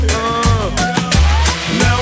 Now